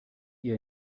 ihr